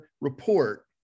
report